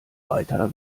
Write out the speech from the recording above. weiter